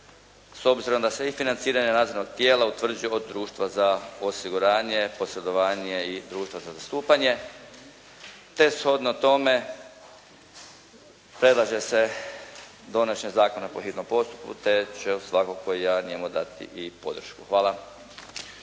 s obzirom da se i financiranje nadzornog tijela utvrđuje od društva za osiguranje, posredovanje i društva za zastupanje, te shodno tome predlaže se donošenje zakona po hitnom postupku, te ću svakako ja njemu dati i podršku. Hvala.